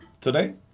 today